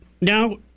Now